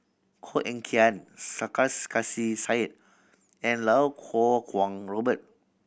Koh Eng Kian Sarkasi Said and Iau Kuo Kwong Robert